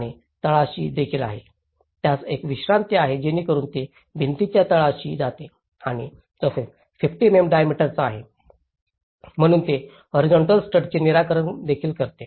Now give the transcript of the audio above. आणि तळाशी देखील आहे त्यास एक विश्रांती आहे जेणेकरून ते भिंतीच्या तळाशी जाते आणि तसेच 50 mm डायमीटरचा आहे म्हणून ते हॉरीझॉन्टल स्टडचे निराकरण देखील करते